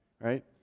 right